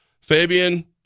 Fabian